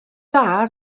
dda